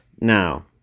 Now